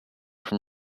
from